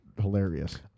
hilarious